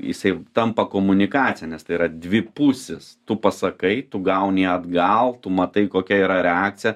jisai tampa komunikacinis tai yra dvipusis tu pasakai tu gauni atgal tu matai kokia yra reakcija